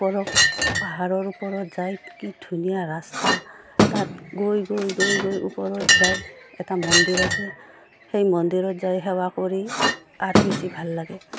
ওপৰ পাহাৰৰ ওপৰত যায় কি ধুনীয়া ৰাস্তা তাত গৈ গৈ গৈ গৈ ওপৰত যায় এটা মন্দিৰ আছে সেই মন্দিৰত যাই সেৱা কৰি আৰু বেছি ভাল লাগে